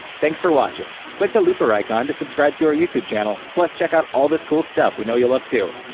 thanks for watching! click the looper icon to subscribe to our youtube channel. plus check out all this cool stuff we know you'll love, too!